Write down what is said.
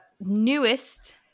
newest